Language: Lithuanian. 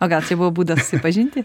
o gal čia buvo būdas susipažinti